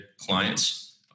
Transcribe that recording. clients